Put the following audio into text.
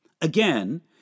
Again